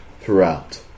throughout